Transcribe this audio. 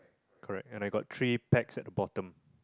correct and I got three packs at the bottom